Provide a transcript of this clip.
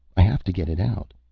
i have to get it out.